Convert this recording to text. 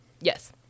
Yes